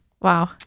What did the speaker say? Wow